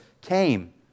came